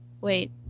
wait